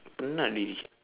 penat already